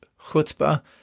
chutzpah